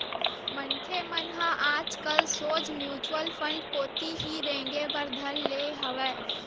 मनखे मन ह आजकल सोझ म्युचुअल फंड कोती ही रेंगे बर धर ले हवय